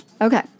Okay